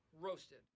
Roasted